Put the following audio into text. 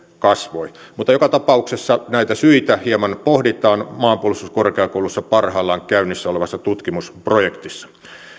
kasvoi mutta joka tapauksessa näitä syitä hieman pohditaan maanpuolustuskorkeakoulussa parhaillaan käynnissä olevassa tutkimusprojektissa